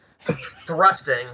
thrusting